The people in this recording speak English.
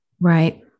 Right